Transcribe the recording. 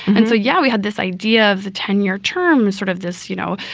and so, yeah, we had this idea of the ten year terms sort of this, you know,